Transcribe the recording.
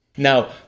Now